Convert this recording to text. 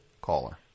caller